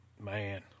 Man